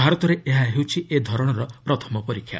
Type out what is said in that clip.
ଭାରତରେ ଏହା ହେଉଛି ଏଧରଣର ପ୍ରଥମ ପରୀକ୍ଷା